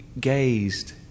gazed